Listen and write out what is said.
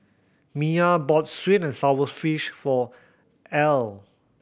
Miya bought sweet and sour fish for Earle